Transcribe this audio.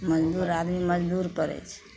मजदूर आदमी मजदूर करै छै